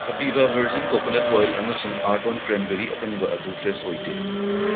Kapiva virgin coconut oil ꯑꯃꯁꯨꯡ ꯑꯥꯔꯠꯑꯣꯟ cranberry ꯑꯀꯪꯕ ꯑꯗꯨ ꯐ꯭ꯔꯦꯁ ꯑꯣꯏꯗꯦ